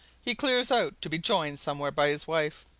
he clears out, to be joined somewhere by his wife,